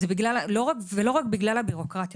ולא רק בגלל הבירוקרטיה.